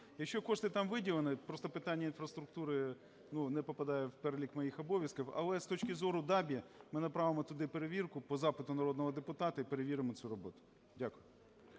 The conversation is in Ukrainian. Якщо кошти там виділені, просто питання інфраструктури, ну, не попадає в перелік моїх обов'язків. Але з точки зору ДАБІ ми направимо туди перевірку по запиту народного депутата і перевіримо цю роботу. Дякую.